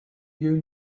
you